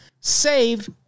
save